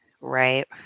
Right